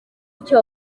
icyo